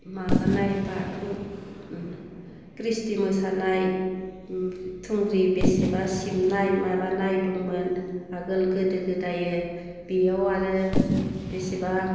माबानाय बाथौ ख्रिस्थि मोसानाय थुंग्रि बेसेबा सिबनाय माबानाय दंमोन आगोल गोदो गोदायो बेयाव आरो बेसेबा